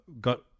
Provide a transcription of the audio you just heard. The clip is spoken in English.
got